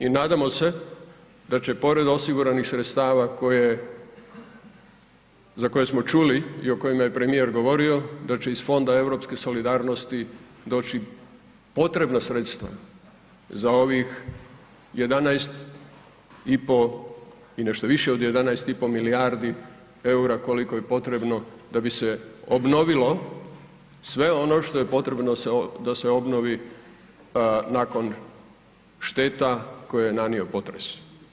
I nadamo se da će pored osiguranih sredstava za koje smo čuli i o kojima je premijer govorio da će iz Fonda europske solidarnosti doći potrebna sredstva za ovih 11,5 i nešto više od 11,5 milijardi EUR-a koliko je potrebno da bi se obnovilo sve ono što je potrebno da se obnovi nakon šteta koje je nanio potres.